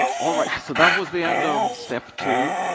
all right, so that was the end of step two.